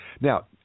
Now